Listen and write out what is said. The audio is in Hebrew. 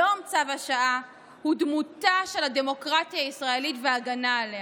היום צו השעה הוא דמותה של הדמוקרטיה הישראלית והגנה עליה.